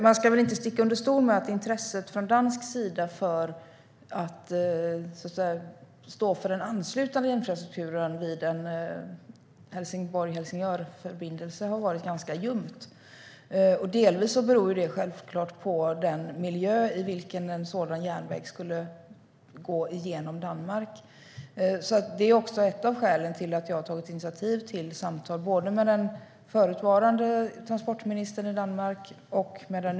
Man ska inte sticka under stol med att intresset från dansk sida för att stå för den anslutande infrastrukturen vid en Helsingborg-Helsingör-förbindelse har varit ganska ljumt. Delvis beror det självklart på den miljö i vilken en sådan järnväg skulle gå genom Danmark. Det är också ett av skälen till att jag har tagit initiativ till samtal med både den förutvarande och den nuvarande transportministern i Danmark.